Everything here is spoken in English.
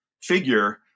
figure